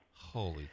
Holy